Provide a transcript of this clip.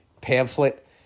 pamphlet